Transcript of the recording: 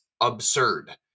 absurd